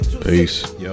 Peace